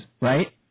right